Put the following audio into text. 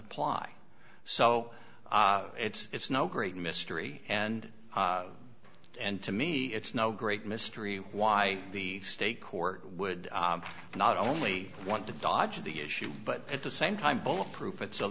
apply so it's no great mystery and and to me it's no great mystery why the state court would not only want to dodge the issue but at the same time bulletproof it